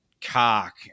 cock